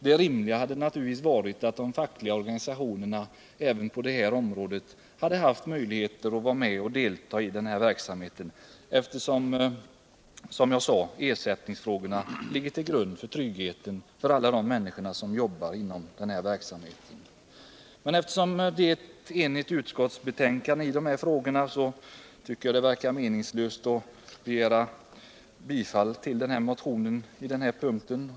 Det rimliga hade naturligtvis varit att de fackliga representanterna även på det här området hade fått möjligheter att delta i verksamheten, eftersom ersättningsfrågorna är av avgörande betydelse för tryggheten för de människor som jobbar inom denna verksamhet. Då utskottet är enigt på den här punkten finner jag det meningslöst att yrka bifall till motionen.